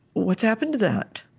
what's happened to that?